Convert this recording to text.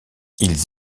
ils